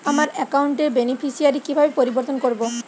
আমার অ্যাকাউন্ট র বেনিফিসিয়ারি কিভাবে পরিবর্তন করবো?